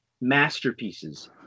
masterpieces